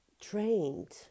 trained